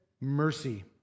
mercy